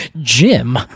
Jim